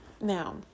now